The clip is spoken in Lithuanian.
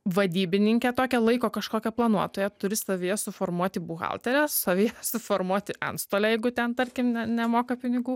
vadybininkę tokią laiko kažkokią planuotoją turi savyje suformuoti buhalterę savyje suformuoti antstolę jeigu ten tarkim ne nemoka pinigų